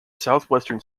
southwestern